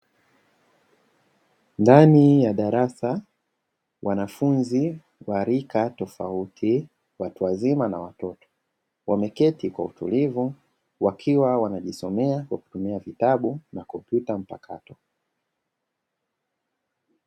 Ndani ya darasa wanafunzi wa rika tofauti watu wazima na watoto, wameketi kwa utulivu wakiwa wanajisomea kwa kutumia vitabu na kompyuta mpakato